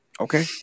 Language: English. Okay